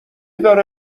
داره